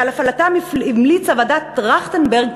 שעל הפעלתם המליצה ועדת טרכטנברג,